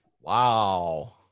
wow